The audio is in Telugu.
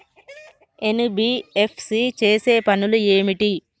ఎన్.బి.ఎఫ్.సి చేసే పనులు ఏమిటి?